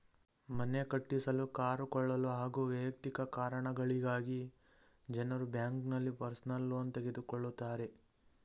ಮನೆ ಕಟ್ಟಿಸಲು ಕಾರು ಕೊಳ್ಳಲು ಹಾಗೂ ವೈಯಕ್ತಿಕ ಕಾರಣಗಳಿಗಾಗಿ ಜನರು ಬ್ಯಾಂಕ್ನಲ್ಲಿ ಪರ್ಸನಲ್ ಲೋನ್ ತೆಗೆದುಕೊಳ್ಳುತ್ತಾರೆ